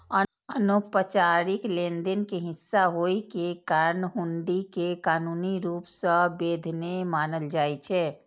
अनौपचारिक लेनदेन के हिस्सा होइ के कारण हुंडी कें कानूनी रूप सं वैध नै मानल जाइ छै